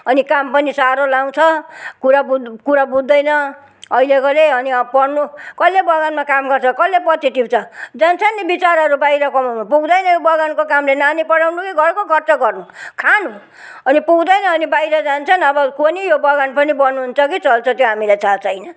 अनि काम पनि साह्रो लाउँछ कुरा बुझ् कुरा बुझ्दैन अहिलेकोले अनि अब पढ्नु कसले बगानमा काम गर्छ कसले पत्ती टिप्छ जान्छन् नि बिचाराहरू बाहिर कमाउनु पुग्दैन यो बगानको कामले नानी पढाउनु कि घरको खर्च गर्नु खानु अनि पुग्दैन अनि बाहिर जान्छन् अब कोनी यो बगान पनि बन्द हुन्छ कि चल्छ त्यो हामी त्यो हामीलाई थाहा छैन